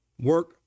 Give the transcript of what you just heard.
Work